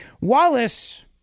Wallace